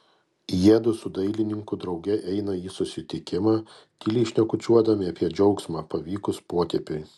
jiedu su dailininku drauge eina į susitikimą tyliai šnekučiuodami apie džiaugsmą pavykus potėpiui